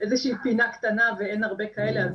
איזושהי פינה קטנה ואין הרבה כאלה.